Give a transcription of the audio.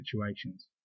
situations